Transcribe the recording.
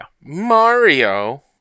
Mario